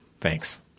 thanks